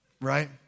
Right